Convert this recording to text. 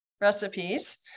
recipes